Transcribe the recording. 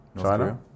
China